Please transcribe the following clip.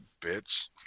bitch